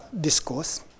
discourse